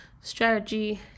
strategy